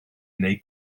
neu